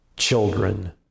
Children